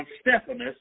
Stephanus